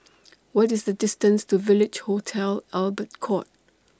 What IS The distance to Village Hotel Albert Court